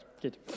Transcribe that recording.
good